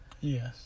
Yes